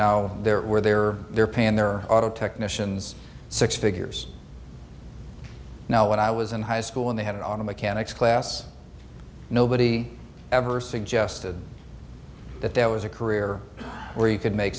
now they're where they are they're paying their auto technicians six figures now when i was in high school and they had an auto mechanics class nobody ever suggested that that was a career where you could make